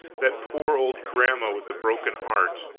that poor old grandma with the broken heart,